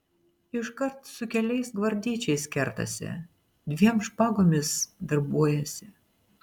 iškart su keliais gvardiečiais kertasi dviem špagomis darbuojasi